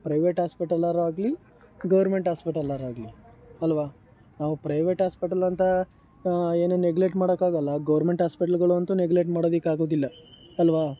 private ಆಸ್ಪೆಟಲ್ಲಾದ್ರೂ ಆಗಲಿ government ಆಸ್ಪೆಟಲ್ಲಾದ್ರೂ ಆಗಲಿ ಅಲ್ವ ನಾವು ಪ್ರೈವೇಟ್ ಆಸ್ಪೆಟಲ್ ಅಂತ ಏನು ನೆಗ್ಲೆಕ್ಟ್ ಮಾಡೋಕ್ಕಾಗಲ್ಲ ಗೌರ್ಮೆಂಟ್ ಆಸ್ಪೆಟ್ಲ್ಗಳು ಅಂತೂ ನೆಗ್ಲೆಕ್ಟ್ ಮಾಡೋದಕ್ಕಾಗೋದಿಲ್ಲ ಅಲ್ವ